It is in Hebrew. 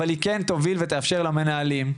אבל היא כן תוביל ותאפשר למנהלים,